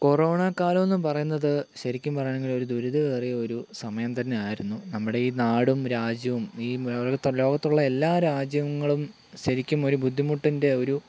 corona കാലം എന്ന് പറയുന്നത് ശരിക്കും പറയുകയാണെങ്കിൽ ഒരു ദുരിതം ഏറിയൊരു സമയം തന്നെ ആയിരുന്നു നമ്മുടെ ഈ നാടും രാജ്യവും ഈ ലോകത്തുള്ള എല്ലാ രാജ്യങ്ങളും ശരിക്കും ഒരു ബുദ്ധിമുട്ടിൻ്റെ ഒരു